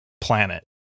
planet